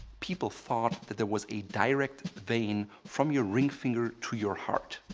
people thought that there was a direct vein from your ring finger to your heart,